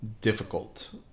difficult